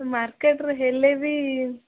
ମାର୍କେଟରେ ହେଲେ ବି